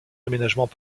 aménagements